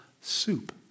soup